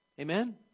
Amen